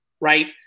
right